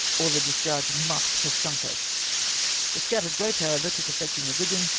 or the discharge must have sunk us the scattered grape, however, took effect in the riggmg,